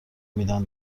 میدن